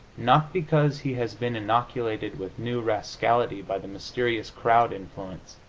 not because he has been inoculated with new rascality by the mysterious crowd influence,